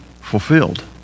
fulfilled